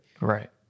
Right